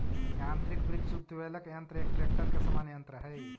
यान्त्रिक वृक्ष उद्वेलक यन्त्र एक ट्रेक्टर के समान यन्त्र हई